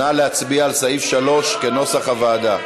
נא להצביע על סעיף 3 כנוסח הוועדה.